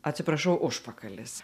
atsiprašau užpakalis